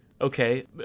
Okay